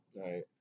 Right